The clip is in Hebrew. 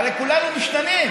הרי כולנו משתנים.